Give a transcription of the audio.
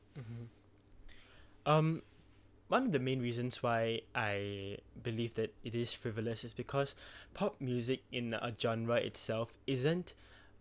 mm um one of the main reasons why I believe that it is frivolous is because pop music in a genre itself isn't